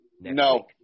No